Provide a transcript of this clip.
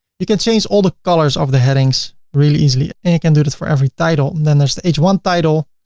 you can change all the colors of the headings really easily you can do this for every title and then there's the h one title,